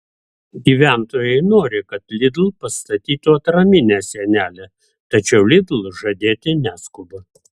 gyventojai nori kad lidl pastatytų atraminę sienelę tačiau lidl žadėti neskuba